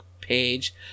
page